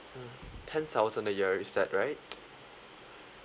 mm ten thousand a year is that right